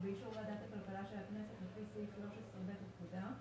ובאישור ועדת הכלכלה של הכנסת לפי סעיף 13(ב) לפקודה,